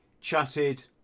chatted